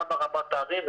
גם ברמת הערים,